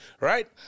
right